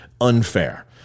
unfair